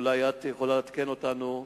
ואולי את יכולה לעדכן אותנו.